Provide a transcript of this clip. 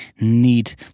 need